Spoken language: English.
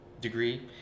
degree